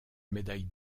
médaille